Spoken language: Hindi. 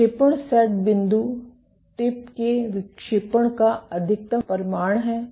विक्षेपण सेट बिंदु टिप के विक्षेपण का अधिकतम परिमाण है